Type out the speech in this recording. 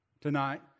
tonight